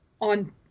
on